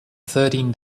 thirteen